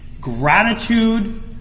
gratitude